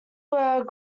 were